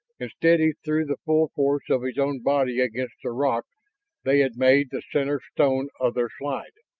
instead, he threw the full force of his own body against the rock they had made the center stone of their slide.